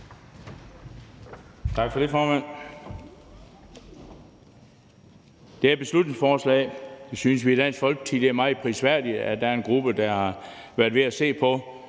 Tak for det, formand. Det her beslutningsforslag synes vi i Dansk Folkeparti er meget prisværdigt. Der er en gruppe, der har været ved at se på